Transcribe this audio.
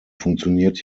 funktioniert